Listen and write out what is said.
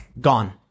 gone